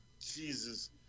jesus